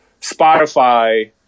spotify